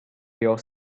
your